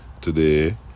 Today